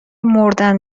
مردن